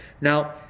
Now